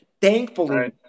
Thankfully